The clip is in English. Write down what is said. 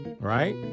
right